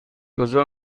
کجا